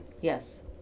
Yes